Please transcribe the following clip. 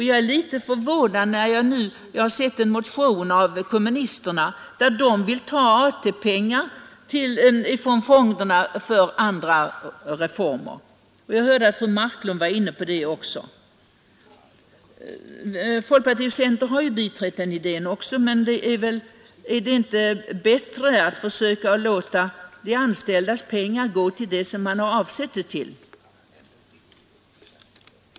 Jag är litet förvånad när jag nu har sett en motion av kommunisterna, där de vill ta ATP-pengar från fonderna för andra reformer. Jag hörde att fru Marklund även var inne på det. Folkpartiet och centern har ju också biträtt den idén. Men är det inte bättre att försöka låta de anställdas pengar gå till det som man har avsett dem till?